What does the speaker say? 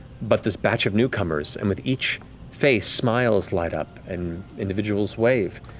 but this batch of newcomers, and with each face, smiles light up, and individuals wave.